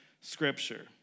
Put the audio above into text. Scripture